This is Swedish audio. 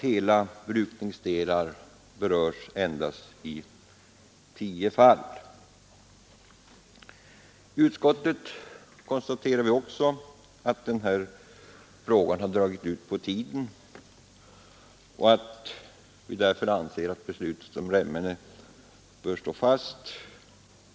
Hela brukningsenheter berörs endast i tio fall. Utskottet konstaterar att handläggningen av den här frågan dragit ut på tiden. Vi anser därför att beslutet om Remmene bör stå fast.